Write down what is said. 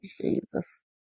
Jesus